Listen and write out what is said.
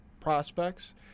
prospects